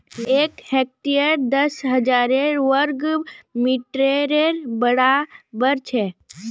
एक हेक्टर दस हजार वर्ग मिटरेर बड़ाबर छे